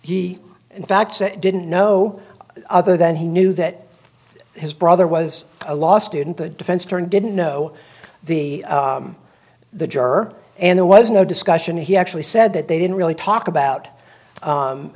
he in fact didn't know other than he knew that his brother was a law student the defense attorney didn't know the the juror and there was no discussion he actually said that they didn't really talk about